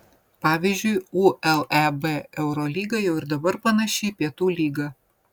pavyzdžiui uleb eurolyga jau ir dabar panaši į pietų lygą